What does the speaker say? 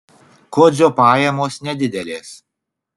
kodzio pajamos nedidelės